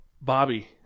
Bobby